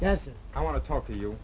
yeah i want to talk to you